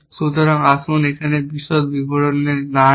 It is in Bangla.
সুতরাং আসুন আমরা এখানে বিশদ বিবরণে না যাই